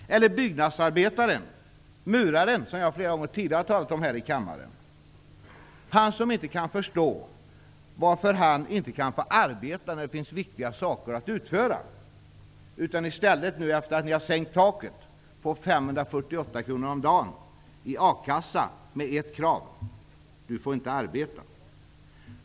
Byggnadsarbetaren, muraren som jag flera gånger tidigare talat om här i kammaren, kan inte förstå varför han inte kan få arbeta när det finns viktiga saker att utföra. I stället får han, efter det att ersättningstaket har sänkts, 548 kr om dagen i a-kassa med ett krav: Du får inte arbeta.